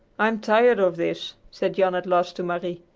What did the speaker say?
i'm tired of this, said jan at last to marie.